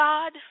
God